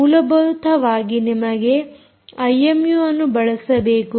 ಮೂಲಭೂತವಾಗಿ ನಿಮಗೆ ಐಎಮ್ಯೂಅನ್ನು ಬಳಸಬೇಕು